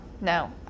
no